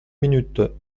minutes